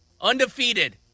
undefeated